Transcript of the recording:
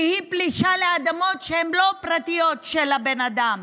שהיא פלישה לאדמות שהן לא פרטיות של הבן אדם,